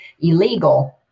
illegal